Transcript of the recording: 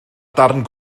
darn